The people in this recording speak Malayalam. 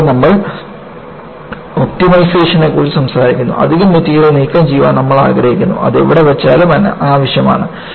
കൂടാതെ നമ്മൾ ഒപ്റ്റിമൈസേഷനെക്കുറിച്ച് സംസാരിക്കുന്നു അധിക മെറ്റീരിയൽ നീക്കംചെയ്യാൻ നമ്മൾ ആഗ്രഹിക്കുന്നു അത് എവിടെ വെച്ചാലും അനാവശ്യമാണ്